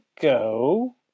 go